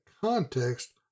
context